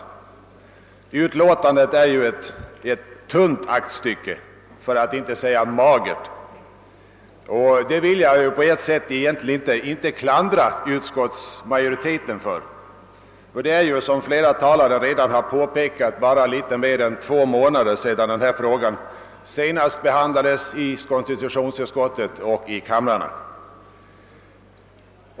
Utskottsutlåtandet är ett tunt för att inte säga magert aktstycke, och det vill jag på sätt och vis inte klandra utskottsmajoriteten för. Som flera talare redan påpekat är det bara litet mer än två månader sedan denna fråga senast behandlades i konstitutionsutskottet och kamrarna.